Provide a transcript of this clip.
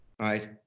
right